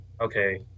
okay